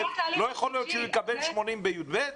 לא יכול להיות שהוא יקבל 80 בכיתה י"ב?